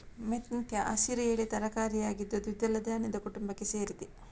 ಮೆಂತ್ಯ ಹಸಿರು ಎಲೆ ತರಕಾರಿ ಆಗಿದ್ದು ದ್ವಿದಳ ಧಾನ್ಯದ ಕುಟುಂಬಕ್ಕೆ ಸೇರಿದೆ